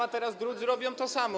a teraz drudzy robią to samo.